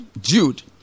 Jude